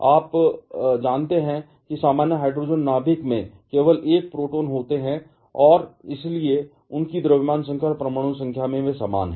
आप जानते हैं कि सामान्य हाइड्रोजन नाभिक में केवल एक प्रोटॉन होते हैं और इसलिए उनकी द्रव्यमान संख्या और परमाणु संख्या वे समान हैं